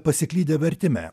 pasiklydę vertime